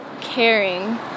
caring